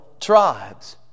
tribes